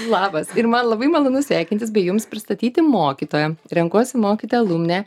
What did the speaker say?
labas ir man labai malonu sveikintis bei jums pristatyti mokytoją renkuosi mokyti alumnę